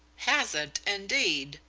has it indeed!